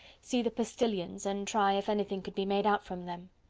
see the postilions and try if anything could be made out from them.